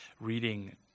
reading